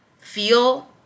feel